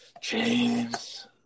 James